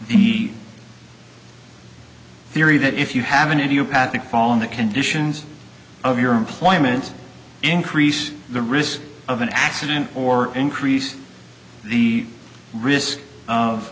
the theory that if you haven't any apathic fall in the conditions of your employment increase the risk of an accident or increase the risk of